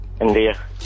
India